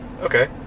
okay